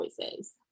voices